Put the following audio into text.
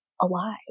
alive